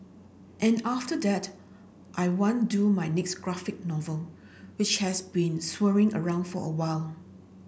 and after that I want do my next graphic novel which has been swirling around for a while